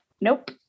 Nope